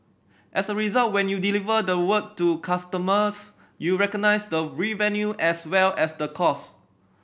as a result when you deliver the work to customers you recognise the revenue as well as the cost